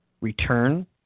return